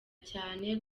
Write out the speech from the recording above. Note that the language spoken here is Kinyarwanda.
cyane